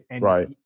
Right